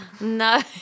no